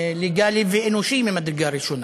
לגלי ואנושי ממדרגה ראשונה,